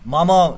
Mama